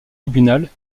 tribunal